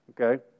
okay